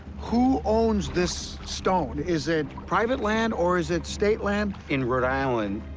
who owns this stone? is it private land, or is it state land? in rhode island,